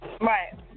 Right